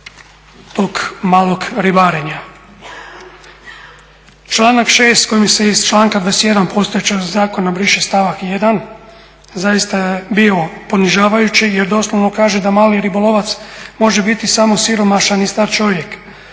tog malog ribarenja. Članak 6. kojim se iz članka 21. postojećeg zakona briše stavak 1. zaista je bio ponižavajući jer doslovno kaže da mali ribolovac može biti samo siromašan i star čovjek.